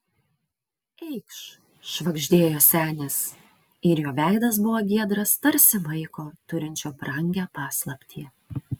eikš švagždėjo senis ir jo veidas buvo giedras tarsi vaiko turinčio brangią paslaptį